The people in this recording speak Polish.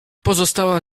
pozostała